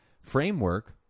framework